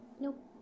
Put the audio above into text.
Nope